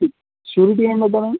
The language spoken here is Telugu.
షూరిటీ ఏం పెట్టాలండి